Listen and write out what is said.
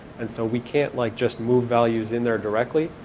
and so we can't like just move values in there directly,